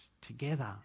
together